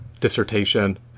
dissertation